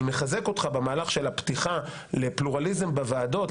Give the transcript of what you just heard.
אני מחזק אותך במהלך של הפתיחה לפלורליזם בוועדות,